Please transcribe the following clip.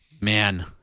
man